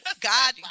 God